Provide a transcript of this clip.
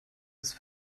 ist